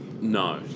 no